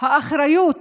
האחריות